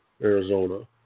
Arizona